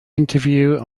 interview